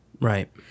Right